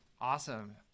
awesome